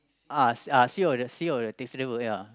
ah ah see how the see how the taxi driver ya